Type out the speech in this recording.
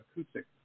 acoustic